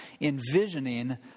envisioning